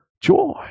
joy